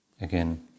Again